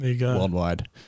worldwide